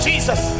Jesus